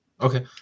Okay